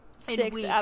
six